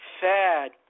sad